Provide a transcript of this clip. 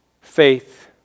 Faith